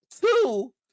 Two